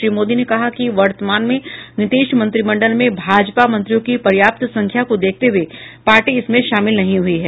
श्री मोदी ने कहा कि वर्तमान में नीतीश मंत्रिमंडल में भाजपा मंत्रियों की पर्याप्त संख्या को देखते हुए पार्टी इसमें शामिल नहीं हुई है